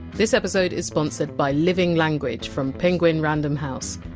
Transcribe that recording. this episode is sponsored by living language from penguin-random house,